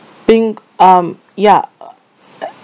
think um ya